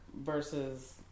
versus